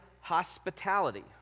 hospitality